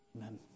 amen